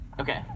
okay